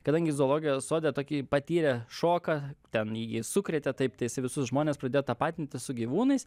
kadangi zoologijos sode tokį patyrė šoką ten jį sukrėtė taip tai jisai visus žmones pradėjo tapatinti su gyvūnais